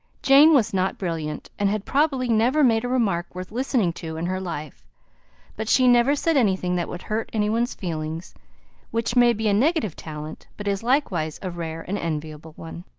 jane was not brilliant, and had probably never made a remark worth listening to in her life but she never said anything that would hurt anyone's feelings which may be a negative talent but is likewise a rare and enviable one.